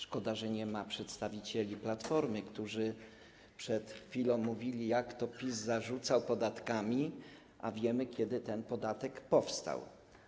Szkoda, że nie ma przedstawicieli Platformy, którzy przed chwilą mówili, jak to PiS zarzucał podatkami, a wiemy, kiedy ten podatek powstał.